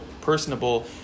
personable